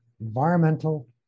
environmental